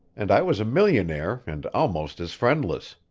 and i was a millionaire and almost as friendless.